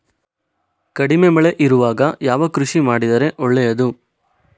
ಕಡಿಮೆ ಮಳೆ ಇರುವಾಗ ಯಾವ ಕೃಷಿ ಮಾಡಿದರೆ ಒಳ್ಳೆಯದು?